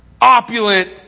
opulent